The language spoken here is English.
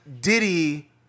Diddy